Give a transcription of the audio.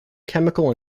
chemical